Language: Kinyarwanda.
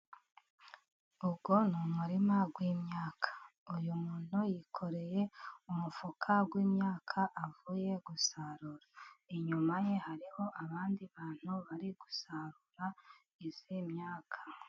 Uwo ni umurima w'imyaka. Uyu muntu yikoreye umufuka w'imyaka avuye gusarura. Inyuma ye hariho abandi bantu bari gusarura iyi myaka.